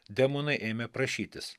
demonai ėmė prašytis